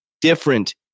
different